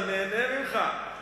אני נהנה ממך,